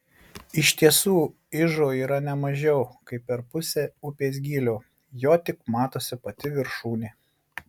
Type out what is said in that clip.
iš tiesų ižo yra ne mažiau kaip per pusę upės gylio jo tik matosi pati viršūnė